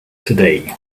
today